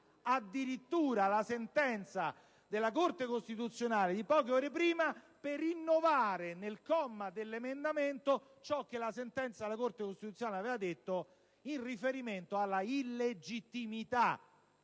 addirittura la sentenza della Corte costituzionale di poche ore prima per innovare, nel comma dell'emendamento, ciò che la sentenza della Corte costituzionale aveva stabilito in riferimento alla illegittimità